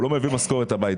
הוא לא מביא משכורת הביתה,